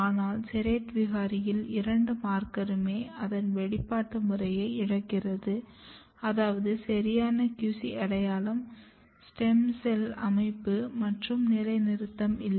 ஆனால் SERRATE விகாரியில் இரண்டு மார்க்கருமே அதன் வெளிப்பாடு முறையை இழக்கிறது அதாவது சரியான QC அடையாளம் ஸ்டெம் செல் அமைப்பு மற்றும் நிலைநிறுத்தும் இல்லை